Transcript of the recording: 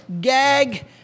gag